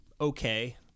okay